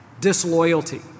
disloyalty